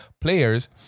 players